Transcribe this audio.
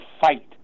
fight